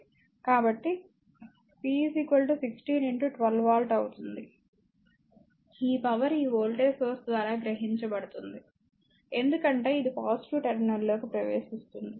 కాబట్టి p 16 12 watt అవుతుంది ఈ పవర్ ఈ వోల్టేజ్ సోర్స్ ద్వారా గ్రహించబడుతుంది ఎందుకంటే ఇది పాజిటివ్ టెర్మినల్లోకి ప్రవేశిస్తుంది